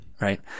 right